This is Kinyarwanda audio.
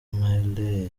miley